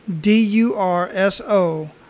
d-u-r-s-o